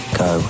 go